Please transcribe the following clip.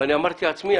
אבל אני אמרתי לעצמי,